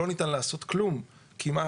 שלא ניתן לעשות כלום כמעט.